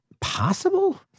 possible